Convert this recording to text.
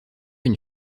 une